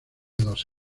dos